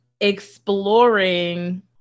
exploring